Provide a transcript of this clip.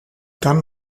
gun